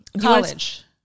college